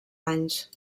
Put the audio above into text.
anys